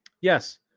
Yes